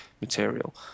material